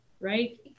right